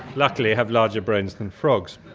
luckily have larger brains than frogs.